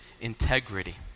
integrity